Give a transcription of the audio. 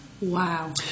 Wow